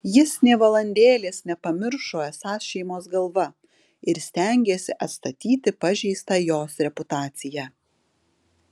jis nė valandėlės nepamiršo esąs šeimos galva ir stengėsi atstatyti pažeistą jos reputaciją